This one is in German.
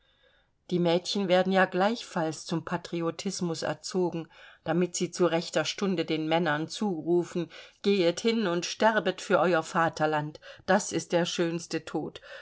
die mädchen werden ja gleichfalls zum patriotismus erzogen damit sie zu rechter stunde den männern zurufen gehet hin und sterbet für euer vaterland das ist der schönste tod